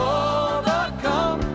overcome